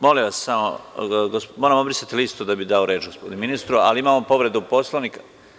Molim vas, moramo prvo obrisati listu da bi dao reč gospodinu ministru, ali prvo imamo povredu Poslovnika.